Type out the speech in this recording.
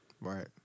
right